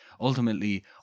ultimately